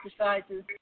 exercises